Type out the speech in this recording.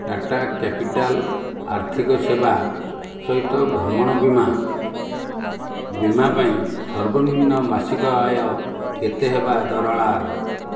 Tata Capital ଆର୍ଥିକ ସେବା ସହିତ ଭ୍ରମଣ ବୀମା ବୀମା ପାଇଁ ସର୍ବନିମ୍ନ ମାସିକ ଆୟ କେତେ ହେବା ଦରକାର